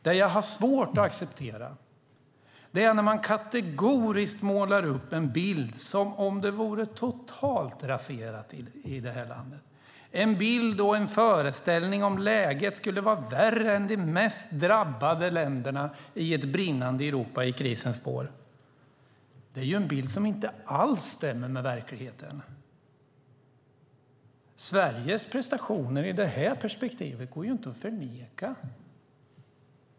Det som jag har svårt att acceptera är när man kategoriskt målar upp en bild som om det vore totalt raserat i det här landet, en bild av och en föreställning om att läget skulle vara värre än i de mest drabbade länderna i ett brinnande Europa i krisens spår. Det är en bild som inte alls stämmer med verkligheten. Sveriges prestationer i detta perspektiv går inte att förneka.